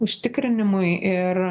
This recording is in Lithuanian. užtikrinimui ir